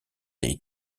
des